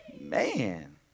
man